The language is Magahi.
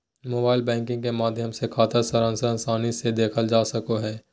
मोबाइल बैंकिंग के माध्यम से खाता सारांश आसानी से देखल जा सको हय